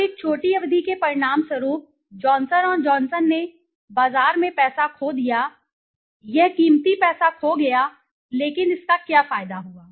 अब एक छोटी अवधि के परिणामस्वरूप जॉनसन और जॉनसन ने बाजार में पैसा खो दिया यह कीमती पैसा खो गया लेकिन इसका क्या फायदा हुआ